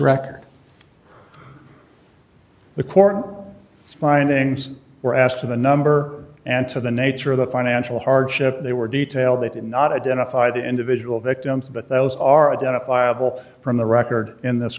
record the court findings were asked to the number and to the nature of the financial hardship they were detail they did not identify the individual victims but those are identifiable from the record in this